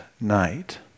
night